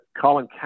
Colin